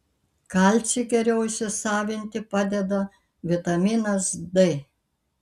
kalcį geriau įsisavinti padeda vitaminas d